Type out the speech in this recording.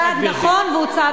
הם צעד נכון והם צעד חשוב,